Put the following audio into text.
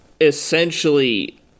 essentially